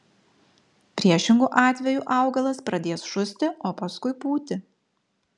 priešingu atveju augalas pradės šusti o paskui pūti